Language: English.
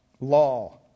Law